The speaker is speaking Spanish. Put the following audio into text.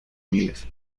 miles